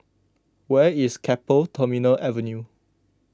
where is Keppel Terminal Avenue